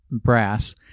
brass